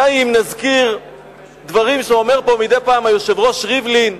די אם נזכיר דברים שאומר פה מדי פעם היושב-ראש ריבלין: